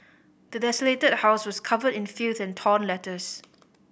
the desolated house was covered in filth and torn letters